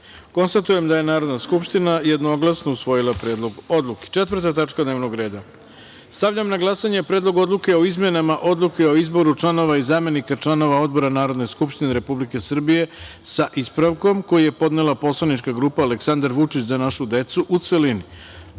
180.Konstatujem da je Narodna skupština jednoglasno usvojila Predlog odluke. Četvrta tačka dnevnog reda. Stavljam na glasanje Predlog odluke o izmenama Odluke o izboru članova i zamenika članova odbora Narodne skupštine Republike Srbije, sa ispravkom, koju je podnela Poslanička grupa „Aleksandar Vučić – Za našu decu“, u celini. Molim